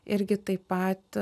irgi taip pat